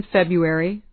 February